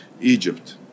Egypt